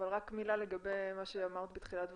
אבל רק מילה לגבי מה שאמרת בתחילת דבריך,